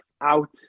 out